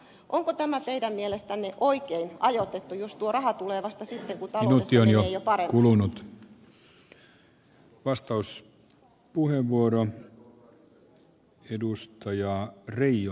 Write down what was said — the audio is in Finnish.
onko tämä teidän mielestänne oikein ajoitettu jos tuo raha tulee vasta sitten kun taloudessa menee jo paremmin